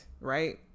Right